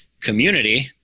community